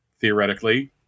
theoretically